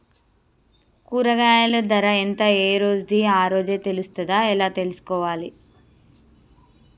కూరగాయలు ధర ఎంత ఏ రోజుది ఆ రోజే తెలుస్తదా ఎలా తెలుసుకోవాలి?